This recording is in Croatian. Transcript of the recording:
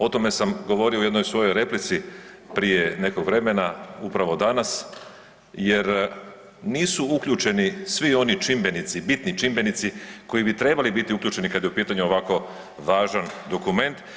O tome sam govorio u jednoj svojoj replici prije nekog vremena upravo danas, jer nisu uključeni svi oni čimbenici, bitni čimbenici koji bi trebali biti uključeni kada je u pitanju ovako važan dokument.